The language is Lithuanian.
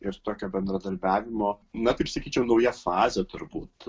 ir tokio bendradarbiavimo na taip sakyčiau nauja fazė turbūt